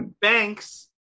Banks